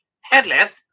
headless